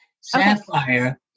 Sapphire